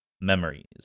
Memories